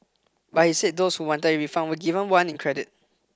but he said those who wanted a refund were given one in credit